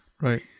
Right